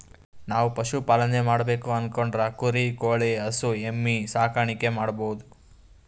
ನಾವ್ ಪಶುಪಾಲನೆ ಮಾಡ್ಬೇಕು ಅನ್ಕೊಂಡ್ರ ಕುರಿ ಕೋಳಿ ಹಸು ಎಮ್ಮಿ ಸಾಕಾಣಿಕೆ ಮಾಡಬಹುದ್